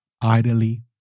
idly